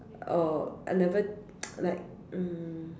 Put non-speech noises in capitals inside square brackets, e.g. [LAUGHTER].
oh I never [NOISE] like mm